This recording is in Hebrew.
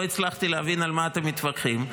לא הצלחתי להבין על מה אתם מתווכחים,